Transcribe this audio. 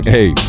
Hey